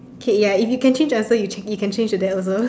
ya if you can change answer you can change to that also